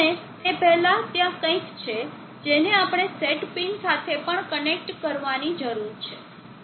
અને તે પહેલાં ત્યાં કંઈક છે જેને આપણે સેટ પિન સાથે પણ કનેક્ટ કરવાની જરૂર છે